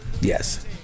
Yes